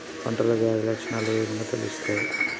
పంటలో వ్యాధి లక్షణాలు ఏ విధంగా తెలుస్తయి?